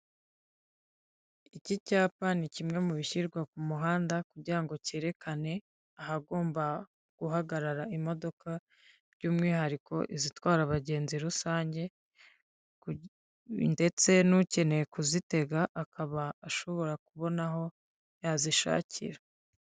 Iki cyapa ni kimwe mu bishyirwa ku muhanda kugira ngo cyerekane ahagomba guhagarara imodoka by'umwihariko izitwara abagenzi rusange, ndetse n'ukeneye kuzitega akaba ashobora kubona aho yazishakira.